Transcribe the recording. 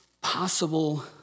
possible